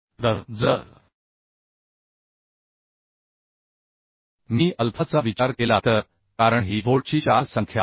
तर जर मी अल्फाचा विचार केला तर कारण ही व्होल्टची 4 संख्या आहे